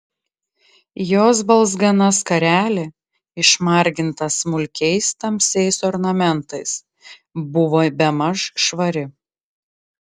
jos balzgana skarelė išmarginta smulkiais tamsiais ornamentais buvo bemaž švari